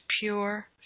pure